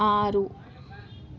ఆరు